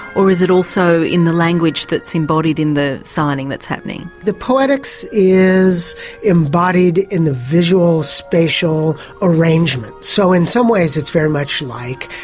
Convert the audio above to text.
or is it also in the language that's embodied in the signing that's happening? the poetics is embodied in the visual, spatial arrangement. so in some ways it's very much like,